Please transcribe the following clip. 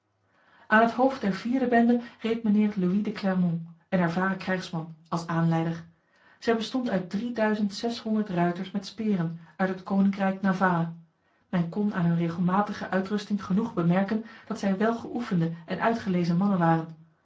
aan het hoofd der vierde bende reed mijnheer louis de clermont een ervaren krijgsman als aanleider zij bestond uit drieduizend zeshonderd ruiters met speren uit het koninkrijk navarra men kon aan hun regelmatige uitrusting genoeg bemerken dat zij welgeoefende en uitgelezen mannen waren